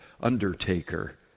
undertaker